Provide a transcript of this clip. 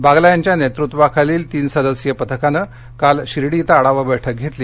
बागला यांच्या नेतृत्वाखालील तीन सदस्यीय पथकानं काल शिर्डी इथं आढावा बैठक घेतली